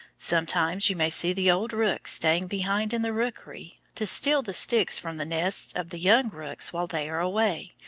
sometimes you may see the old rooks staying behind in the rookery, to steal the sticks from the nests of the young rooks while they are away,